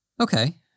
Okay